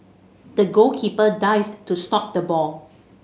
the goalkeeper dived to stop the ball